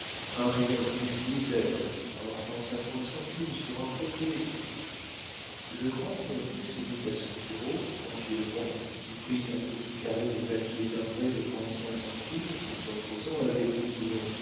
un rien une misère un franc cinquante centimes sur un protêt le grand cointet se mit à son bureau tranquillement y prit un petit carré de papier timbré de trente-cinq centimes tout en causant avec doublon